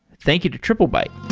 thank you to triplebyte